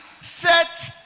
set